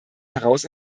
heraus